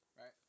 right